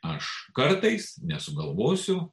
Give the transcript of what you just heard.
aš kartais nesugalvosiu